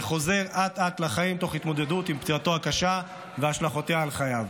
וחוזר אט-אט לחיים תוך התמודדות עם פציעתו הקשה והשלכותיה על חייו.